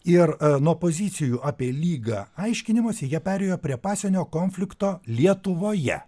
ir nuo pozicijų apie lygą aiškinimosi jie perėjo prie pasienio konflikto lietuvoje